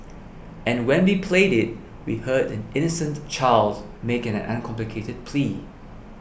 and when we played it we heard an innocent child make an uncomplicated plea